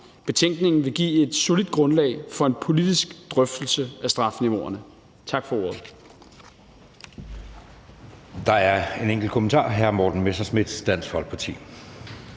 Betænkningen vil give et solidt grundlag for en politisk drøftelse af strafniveauerne. Tak for ordet.